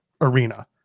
arena